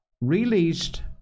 released